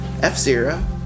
F-Zero